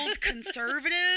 conservative